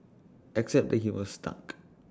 except that he was stuck